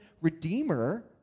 redeemer